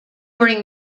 bring